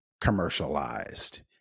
commercialized